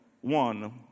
one